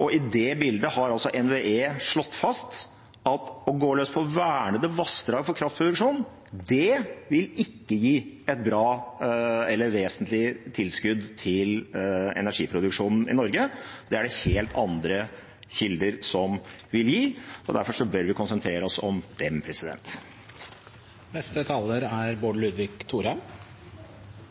Og i det bildet har altså NVE slått fast at å gå løs på vernede vassdrag for kraftproduksjon ikke vil gi et bra eller vesentlig tilskudd til energiproduksjonen i Norge – det er det helt andre kilder som vil gi. Derfor bør vi konsentrere oss om dem.